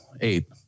Eight